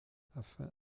afin